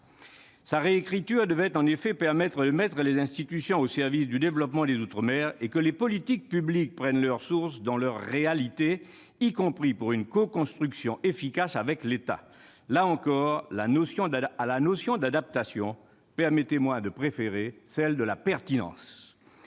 Sa réécriture devrait permettre de mettre les institutions au service du développement des outre-mer et de faire en sorte que les politiques publiques prennent leur source dans leurs réalités, y compris pour une coconstruction efficace avec l'État. Là encore, à la notion d'adaptation, permettez-moi de préférer celle de pertinence.